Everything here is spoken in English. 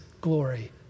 glory